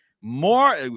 more